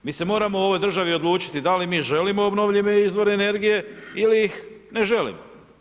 Mi se moramo u ovoj državi odlučiti, da li mi želimo obnovljive izvore energije, ili ih ne želimo.